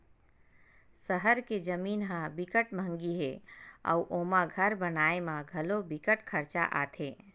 सहर के जमीन ह बिकट मंहगी हे अउ ओमा घर बनाए म घलो बिकट खरचा आथे